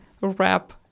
wrap